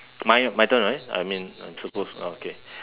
mine my turn right I mean I'm supposed to okay